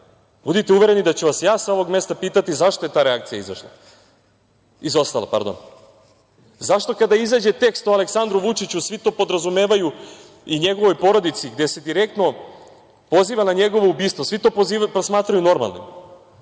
budite uvereni da ću vas ja sa ovog mesta pitati zašto je ta reakcija izostala. Zašto kada izađe tekst o Aleksandru Vučiću i njegovoj porodici, gde se direktno poziva na njegovo ubistvo, svi to smatraju normalnim,